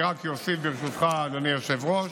אני רק אוסיף, ברשותך, אדוני היושב-ראש: